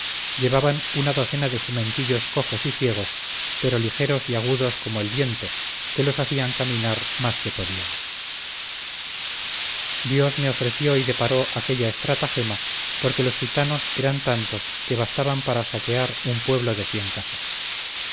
llevaban una docena de jumentillos cojos y ciegos pero ligeros y agudos como el viento que los hacían caminar más que podían dios me ofreció y deparó aquella estratagema porque los gitanos eran tantos que bastaban para saquear un pueblo de cien casas